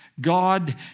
God